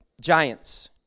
giants